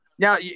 Now